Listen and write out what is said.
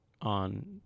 on